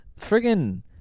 Friggin